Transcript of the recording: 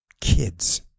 kids